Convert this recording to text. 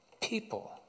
people